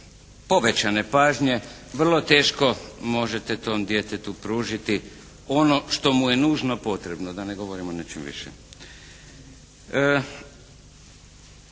povećane pažnje, vrlo teško možete tom djetetu pružiti ono što mu je nužno potrebno, a da ne govorim o nečemu više.